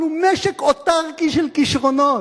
אנחנו משק אוטרקי של כשרונות.